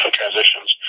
transitions